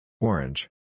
Orange